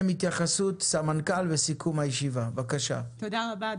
תודה רבה.